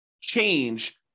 change